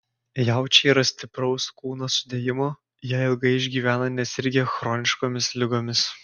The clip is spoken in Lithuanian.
jaučiai yra stipraus kūno sudėjimo jie ilgai išgyvena nesirgę chroniškomis ligomis